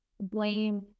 blame